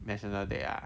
national day ah